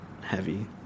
heavy